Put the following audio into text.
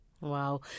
Wow